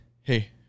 hey